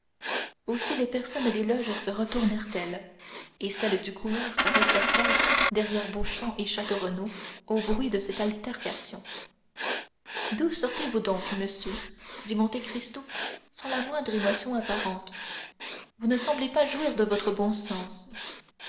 aussi les personnes des loges se retournèrent elles et celles du couloir sarrêtèrent elles derrière beauchamp et château renaud au bruit de cette altercation d'où sortez-vous donc monsieur dit monte cristo sans la moindre émotion apparente vous ne semblez pas jouir de votre bon sens